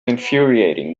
infuriating